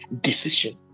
decision